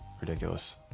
ridiculous